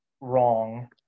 wrong